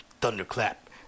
Thunderclap